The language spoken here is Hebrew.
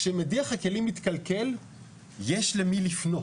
כשמדיח הכלים מתקלקל יש למי לפנות,